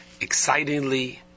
excitingly